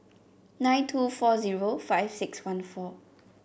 nine two four zero five six one four